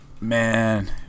Man